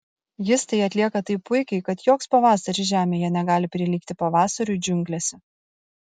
jis tai atlieka taip puikiai kad joks pavasaris žemėje negali prilygti pavasariui džiunglėse